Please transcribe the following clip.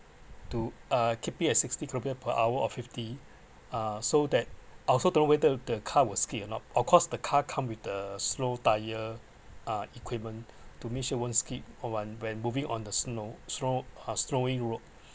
to uh keep it at sixty kilometre per hour or fifty uh so that I also don’t know whether the car will skid or not of course the car come with the snow tire uh equipment to make sure won't skid or one when moving on the snow snow uh snowing road